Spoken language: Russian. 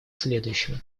следующему